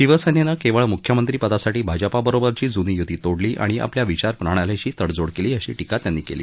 शिवसेनेनं केवळ मुख्यमंत्री पदासाठी भाजपा बरोबरची जुनी युती तोडली आणि आपल्या विचारप्रणालीशी तडजोड केली अशी ार्फीरा त्यांनी केली